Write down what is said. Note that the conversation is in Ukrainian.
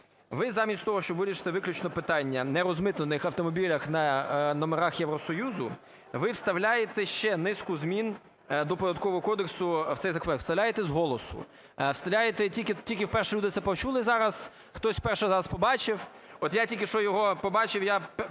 Ви замість того, щоб вирішити виключно питання нерозмитнених автомобілів на номерах Євросоюзу, ви вставляєте ще низку змін до Податкового кодексу в цей законопроект, вставляєте з голосу, вставляєте… Тільки вперше люди це почули зараз, хтось вперше зараз побачив… От я тільки що його побачив, я